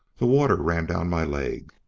the water ran down my legs,